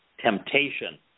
temptation